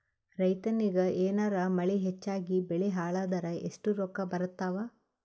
ರೈತನಿಗ ಏನಾರ ಮಳಿ ಹೆಚ್ಚಾಗಿಬೆಳಿ ಹಾಳಾದರ ಎಷ್ಟುರೊಕ್ಕಾ ಬರತ್ತಾವ?